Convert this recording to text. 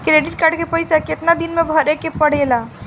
Credit card के पइसा कितना दिन में भरे के पड़ेला?